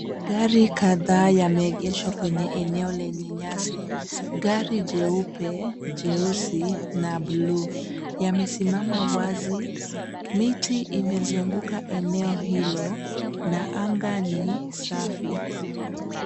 Magari kadhaa yameegeshwa kwenye eneo lenye nyasi. Gari jeupe, jeusi na buluu yamesimama wazi. Miti imezunguka eneo hilo na anga ni safi.